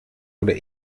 oder